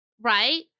Right